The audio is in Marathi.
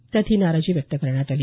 त्यात ही नाराजी व्यक्त करण्यात आली